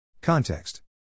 Context